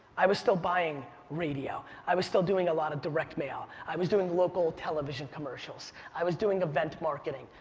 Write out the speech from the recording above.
i was still buying radio. i was still doing a lot of direct mail. i was doing local television commercials. i was doing event marketing.